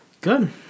Good